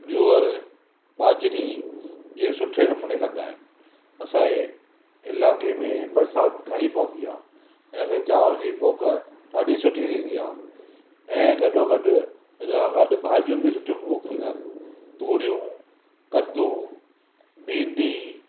जूअर बाजरी इहे सुठे नमूने कंदा आहिनि असांजे इलाक़े में बरसाति घणी पवंदी आहे हिनखे चांवरनि जी पोख ॾाढी सुठी थींदी आहे ऐं गॾो गॾु हिन खां गॾु भाॼियूं बि सुठियूं पोखींदा आहिनि तूरियूं कदू भींडी